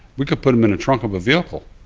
we could put him in a trunk of a vehicle,